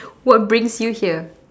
what brings you here